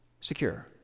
secure